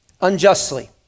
Unjustly